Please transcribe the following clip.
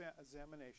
examination